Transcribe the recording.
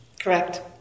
Correct